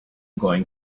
going